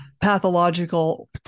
pathological